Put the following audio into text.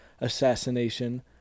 assassination